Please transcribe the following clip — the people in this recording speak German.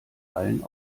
allen